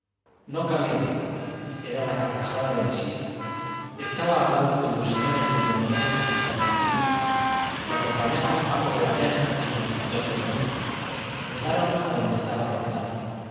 no cabía duda era la carcajada de mesía estaba hablando con los señores del dominó en la sala contigua le acompañaban paco vegallana y don frutos redondo llegaron a donde estaba ronzal